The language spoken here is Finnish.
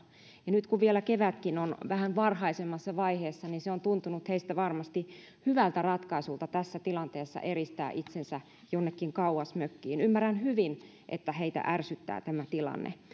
ja nyt kun vielä kevätkin on vähän varhaisemmassa vaiheessa niin heistä on varmasti tuntunut tässä tilanteessa hyvältä ratkaisulta eristää itsensä jonnekin kauas mökkiin ymmärrän hyvin että heitä ärsyttää tämä tilanne